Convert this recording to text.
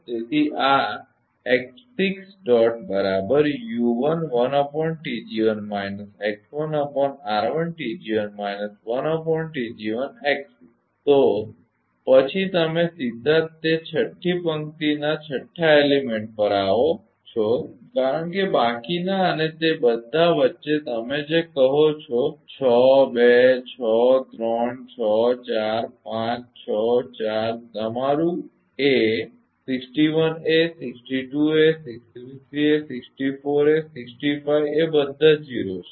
તેથી આ તો પછી તમે સીધા જ તે છઠ્ઠી પંક્તિના છઠ્ઠા એલીમેન્ટ પર આવ્યા છો કારણ કે બાકીના અને તે બધા વચ્ચે જે તમે કહો છો છ બે છ ત્રણ છ ચાર પાંચ છ ચાર તમારુ a 61a 62a 63a 64a 65 A બધા 0 છે